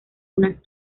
unas